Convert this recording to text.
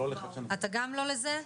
אתה גם לא לזה?